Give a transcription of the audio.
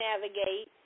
navigate